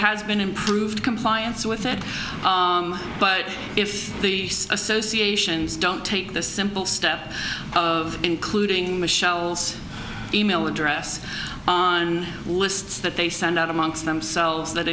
has been improved compliance with it but if the associations don't take the simple step of including the shell's e mail address on lists that they send out amongst themselves that